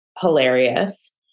hilarious